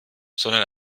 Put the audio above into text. sondern